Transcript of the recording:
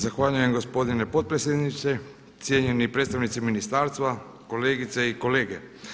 Zahvaljujem gospodine potpredsjedniče, cijenjeni predstavnici ministarstva, kolegice i kolege.